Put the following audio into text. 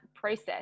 process